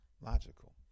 Logical